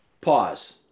pause